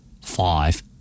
Five